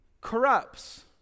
corrupts